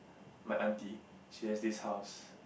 my auntie she has this house